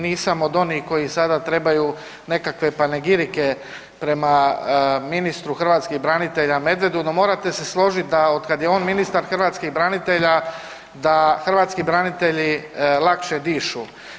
Nisam od onih koji sada trebaju nekakve panegirike prema ministru hrvatskih branitelja Medvedu, no morate se složit da otkad je on ministar hrvatskih branitelja da hrvatski branitelji lakše dišu.